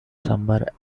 summer